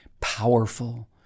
powerful